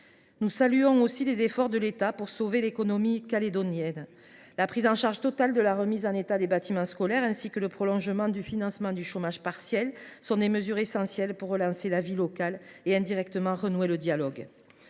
Nous saluons aussi les efforts de l’État pour sauver l’économie néo calédonienne. La prise en charge totale de la remise en état des bâtiments scolaires et la prolongation du financement du chômage partiel sont essentielles pour relancer la vie locale et, indirectement, renouer le dialogue.